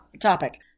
topic